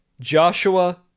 Joshua